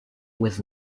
was